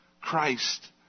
Christ